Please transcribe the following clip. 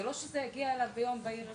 זה לא שזה הגיע אליו ביום בהיר אחד.